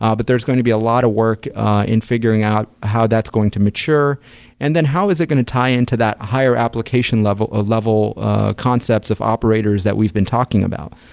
um but there's going to be a lot of work in figuring out how that's going to mature and then how is it going to tie into that higher application level ah level concepts of operators that we've been talking about.